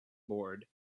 board